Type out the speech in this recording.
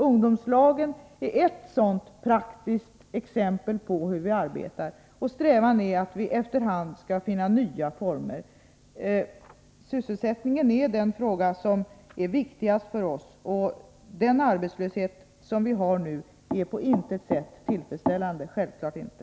Ungdomslagen är ett praktiskt exempel på hur vi arbetar. Vår strävan är att efter hand finna nya former. Sysselsättningen är den fråga som är viktigast för oss. Den arbetslöshet som vi har nu är på intet sätt tillfredsställande — självfallet inte.